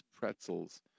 pretzels